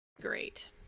Great